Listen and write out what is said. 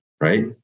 right